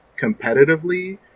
competitively